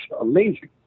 amazing